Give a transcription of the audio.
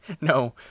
No